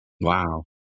Wow